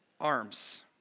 arms